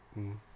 mmhmm